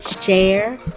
share